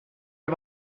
hij